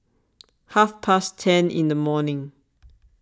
half past ten in the morning